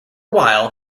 while